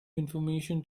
information